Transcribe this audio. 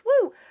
woo